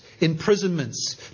imprisonments